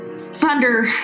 thunder